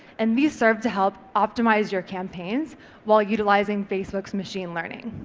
and these serve to help optimise your campaigns while utilising facebook's machine learning.